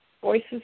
Voices